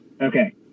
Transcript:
Okay